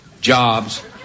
Jobs